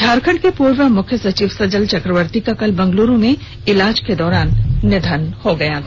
झारखंड के पूर्व मुख्य सचिव सजल चक्रवर्ती का कल बैगलूरू में ईलाज के दौरान निधन हो गया था